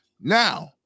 Now